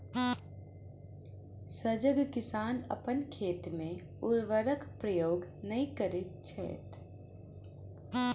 सजग किसान अपन खेत मे उर्वरकक प्रयोग नै करैत छथि